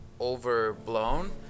overblown